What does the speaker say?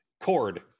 Cord